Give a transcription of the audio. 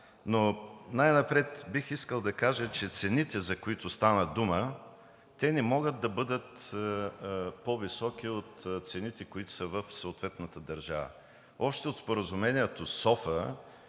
но най-напред бих искал да кажа, че цените, за които стана дума, те не могат да бъдат по-високи от цените, които са в съответната държава. Още от Споразумението SOFA,